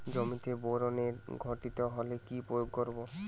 জমিতে বোরনের ঘাটতি হলে কি প্রয়োগ করব?